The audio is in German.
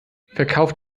verkauft